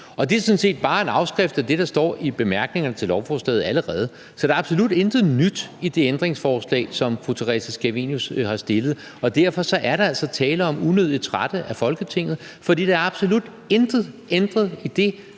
set bare en afskrift af det, der står i bemærkningerne til lovforslaget allerede. Så der er absolut intet nyt i de ændringsforslag, som fru Theresa Scavenius har stillet. Derfor er der altså tale om unødig trætte af Folketinget. Der er absolut intet ændret i de